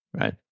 right